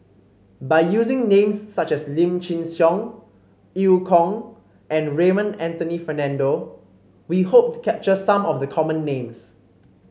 by using names such as Lim Chin Siong Eu Kong and Raymond Anthony Fernando we hope to capture some of the common names